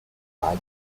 abide